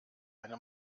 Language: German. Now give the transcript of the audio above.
eine